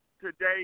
today